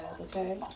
okay